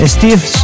Steve